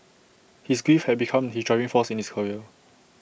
his grief had become his driving force in his career